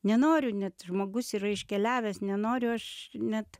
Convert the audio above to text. nenoriu net žmogus yra iškeliavęs nenoriu aš net